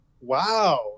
Wow